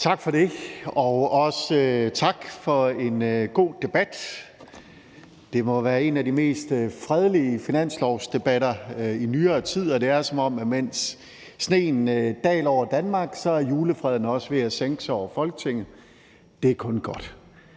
Tak for det, og også tak for en god debat. Det må være en af de mest fredelige finanslovsdebatter i nyere tid, og det er, som om, mens sneen daler over Danmark, julefreden også er ved at sænke sig over Folketinget. Det er kun godt.